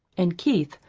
and keith,